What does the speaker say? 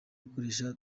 gukoresha